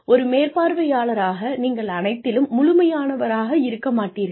ஒரு மேற்பார்வையாளராக நீங்கள் அனைத்திலும் முழுமையானவராக இருக்க மாட்டீர்கள்